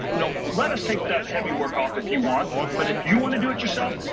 you know let us take that heavy work off if you want but if you want to do it yourself,